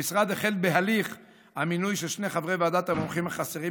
המשרד החל בהליך המינוי של שני חברי ועדת המומחים החסרים,